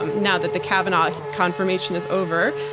um now that the kavanaugh confirmation is over.